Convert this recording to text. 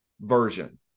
version